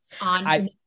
on